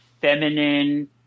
feminine